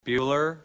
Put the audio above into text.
Bueller